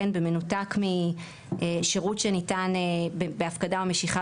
במנותק משירות שניתן בהפקדה או משיכה